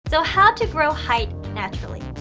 so how to grow height naturally.